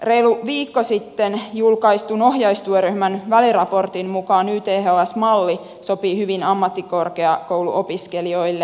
reilu viikko sitten julkaistun ohjaustyöryhmän väliraportin mukaan yths malli sopii hyvin ammattikorkeakouluopiskelijoille